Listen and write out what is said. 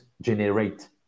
generate